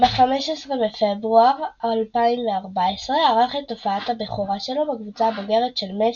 ב-15 בפברואר 2014 ערך את הופעת הבכורה שלו בקבוצה הבוגרת של מ.ס.